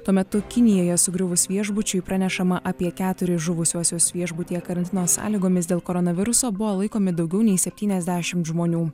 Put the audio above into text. tuo metu kinijoje sugriuvus viešbučiui pranešama apie keturis žuvusiuosius viešbutyje karantino sąlygomis dėl koronaviruso buvo laikomi daugiau nei septyniasdešimt žmonių